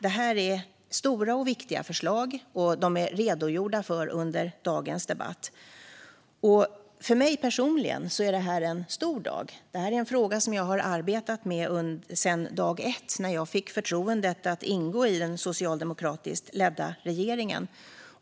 Det handlar om stora och viktiga förslag, som det redogjorts för under dagens debatt. För mig personligen är det här en stor dag. Detta är en fråga som jag har arbetat med sedan dag ett, när jag fick förtroendet att ingå i den socialdemokratiskt ledda regeringen.